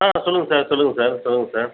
ஆ சொல்லுங்கள் சார் சொல்லுங்கள் சார் சொல்லுங்கள் சார்